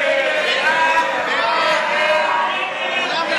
ההסתייגויות (36) ולחלופין א' ט"ו של